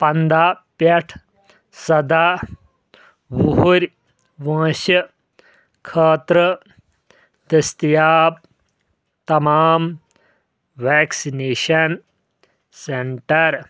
پَنٛداہ پؠٹھ سَداہ ؤہٕرۍ وٲنٛسہِ خٲطرٕ دٔستِیاب تمام ویکسِنیٚشَن سینٹَر